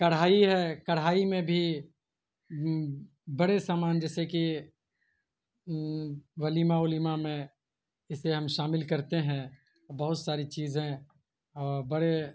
کڑھائی ہے کڑھائی میں بھی بڑے سامان جیسے کہ ولیمہ ولیمہ میں اسے ہم شامل کرتے ہیں بہت ساری چیزیں اور بڑے